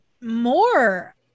more